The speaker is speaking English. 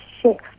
shift